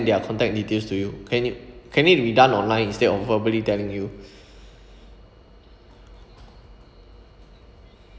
their contact details to you can you can it be done online instead of verbally telling you